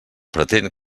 pretén